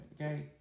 okay